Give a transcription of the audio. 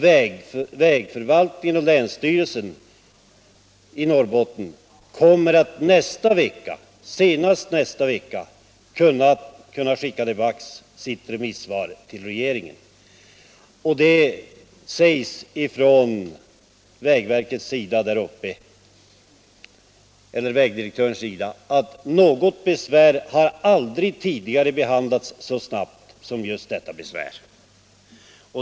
Vägförvaltningen och länsstyrelsen i Norrbotten kommer senast nästa vecka att kunna skicka sitt remissvar till regeringen. Vägdirektören i Norrbotten säger att inget besvär någonsin har behandlats så snabbt som just detta.